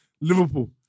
Liverpool